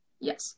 Yes